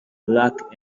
luck